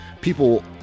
people